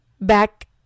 back